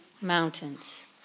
mountains